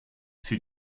für